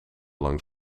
lang